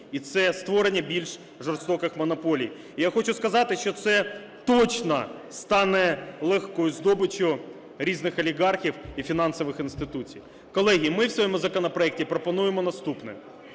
і це створення більш жорстоких монополій. І я хочу сказати, що це точно стане легкою здобиччю різних олігархів і фінансових інституцій. Колеги, ми в своєму законопроекті пропонуємо наступне.